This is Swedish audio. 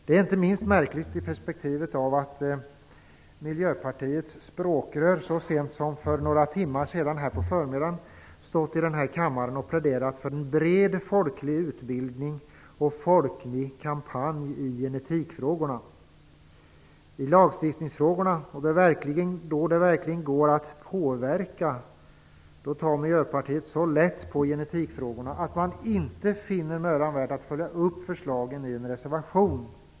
Det här är inte minst märkligt i det perspektivet att Miljöpartiets språkrör så sent som för några timmar sedan i den här kammaren pläderat för en bred folklig utbildning och folklig kampanj i genetikfrågorna. I lagstiftningsfrågorna, där det verkligen går att påverka, tar Miljöpartiet så lätt på genetikfrågorna att man inte finner det mödan värt att följa upp förslagen i en reservation.